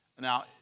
Now